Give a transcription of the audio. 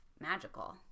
magical